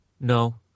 No